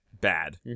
bad